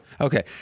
Okay